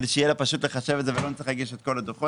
כדי שיהיה לה פשוט לחשב את זה ושלא נצטרך להגיש את כל הדו"חות,